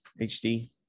HD